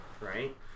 right